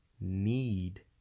need